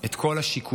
את כל השיקולים,